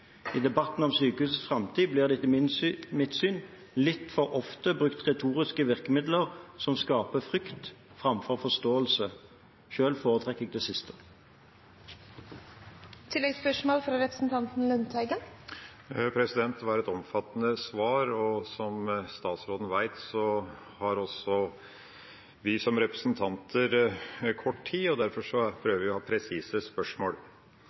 I debatten om sykehusenes framtid blir det etter mitt syn litt for ofte brukt retoriske virkemidler som skaper frykt framfor forståelse. Selv foretrekker jeg det siste. Det var et omfattende svar, og som statsråden vet, har også vi representanter kort tid, og derfor prøver vi å ha presise spørsmål.